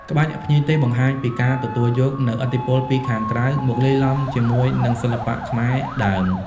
ក្បាច់ភ្ញីទេសបង្ហាញពី ការទទួលយកនូវឥទ្ធិពលពីខាងក្រៅ មកលាយឡំជាមួយនឹងសិល្បៈខ្មែរដើម។